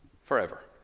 forever